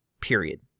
period